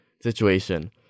situation